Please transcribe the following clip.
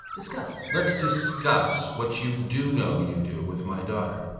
discuss. let's discuss what you do know you do with my daughter.